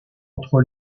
entre